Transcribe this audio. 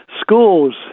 schools